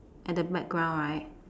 at the background right